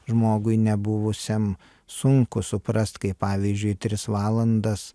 žmogui nebuvusiam sunku suprast kaip pavyzdžiui tris valandas